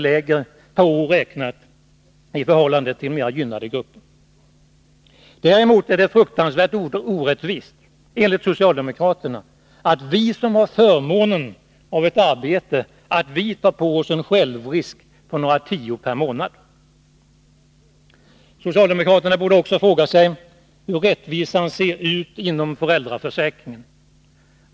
lägre per år räknat i förhållande till mer gynnade grupper. Däremot är det fruktansvärt orättvist — enligt socialdemokraterna — att vi som har förmånen av ett arbete tar på oss en självrisk på några tior per månad. Socialdemokraterna borde också fråga sig hur rättvisan ser ut inom föräldraförsäkringen.